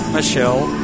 Michelle